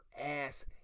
ass